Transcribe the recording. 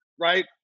right